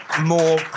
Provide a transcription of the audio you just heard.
more